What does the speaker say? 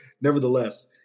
Nevertheless